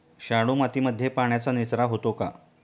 शाडू मातीमध्ये पाण्याचा निचरा होतो का?